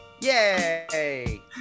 yay